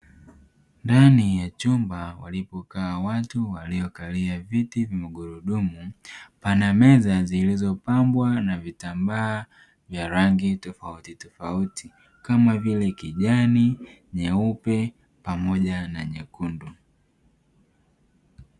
Ndani ya chumba walipokaa watu waliokalia viti vya magurudumu pana meza zilizopombwa na vitambaa vya rangi tofautitofauti kama vile:- kijani, nyeupe pamoja na nyekundu.